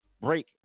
break